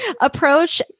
approach